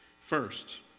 First